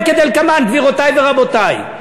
הן כדלקמן: גבירותי ורבותי,